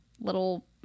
little